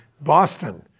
Boston